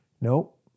Nope